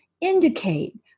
indicate